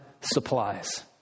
supplies